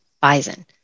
bison